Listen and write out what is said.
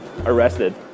arrested